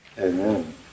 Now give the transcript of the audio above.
Amen